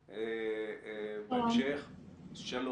שלום.